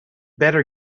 better